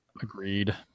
Agreed